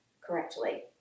correctly